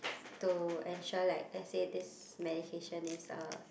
to ensure like lets say this medication is a